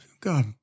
God